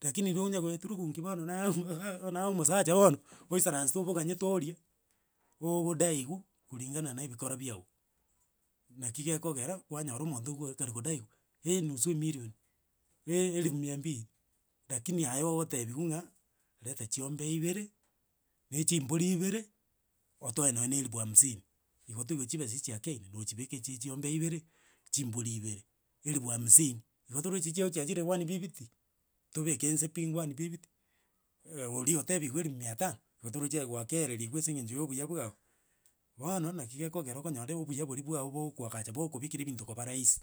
rakini nonyagoetururungi bono naye omo gaka naye omosacha bono, oisaransete oboganyete orie, oogodaiwu kuringana na ebikora biago, naki gekokera kwanyora omonto oko okare kodaiwa eenusu emirion, eerifu mia mbiri, rakini aye ogotebiwu ng'a reta chiombe ibere, na echimbori ibere, otoe nonye eribu hamsini, igo toigweti chibesa echi chiakeire, nochibeka echi chia chiombe ibere, chimbori ibere, eribu hamsini, igo torochi chiago chiachire wani bibiti, tobeke nse pi, gwani bibiti, eh oria otebiwu erifu mia tano, igo torochi aye gwakeereiriwe ase eng'encho ya obuya bwago, bono naki gekogera obuyo bori bwago bwokoagacha bagokobekera ebinto koba rahisi.